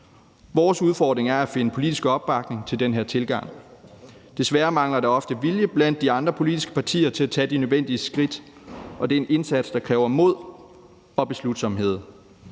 Vores udfordring er at finde politisk opbakning til den her tilgang. Desværre mangler der ofte vilje blandt de andre politiske partier til at tage de nødvendige skridt, og det er en indsats, der kræver mod og beslutsomhed.